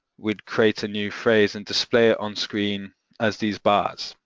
we'd create a new phrase and display it on screen as these bars.